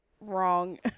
wrong